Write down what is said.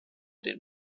den